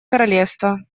королевства